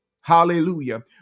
Hallelujah